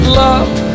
love